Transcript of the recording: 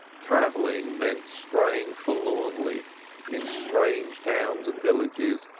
travelling meant straying forlornly in strange towns and villages,